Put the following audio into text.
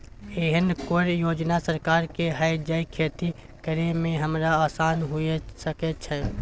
एहन कौय योजना सरकार के है जै खेती करे में हमरा आसान हुए सके छै?